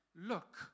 Look